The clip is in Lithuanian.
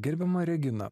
gerbiama regina